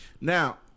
Now